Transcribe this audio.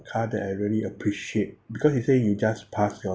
car that I really appreciate because he say you just pass your